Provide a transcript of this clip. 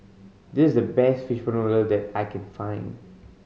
this is the best fishball noodle soup that I can find